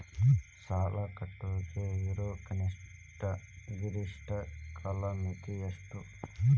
ಸಾಲ ಕಟ್ಟಾಕ ಇರೋ ಕನಿಷ್ಟ, ಗರಿಷ್ಠ ಕಾಲಮಿತಿ ಎಷ್ಟ್ರಿ?